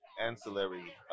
ancillary